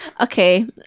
Okay